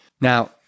Now